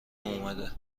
اومده